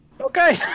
Okay